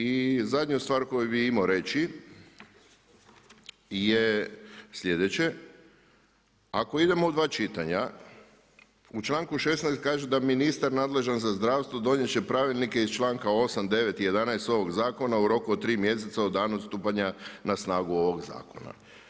I zadnju stvar koju bi imao reći je sljedeće, ako idemo u dva čitanja u članku 16. kaže da „ministar nadležan za zdravstvo donijet će pravilnike iz članka 8., 9. i 11. ovog zakona u roku od tri mjeseca od dana stupanja na snagu ovog zakona“